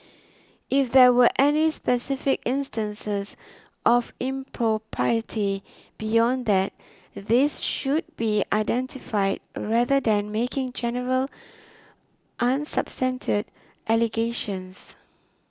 if there were any specific instances of impropriety beyond that these should be identified rather than making general allegations